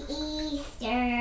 Easter